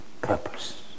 purpose